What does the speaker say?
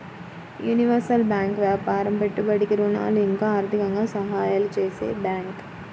universal bank వ్యాపారం పెట్టుబడికి ఋణాలు ఇంకా ఆర్థికంగా సహాయాలు చేసే బ్యాంకు